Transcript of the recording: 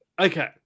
Okay